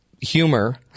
humor